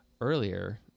Earlier